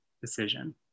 decision